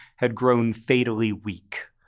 had grown fatally weak.